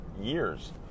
years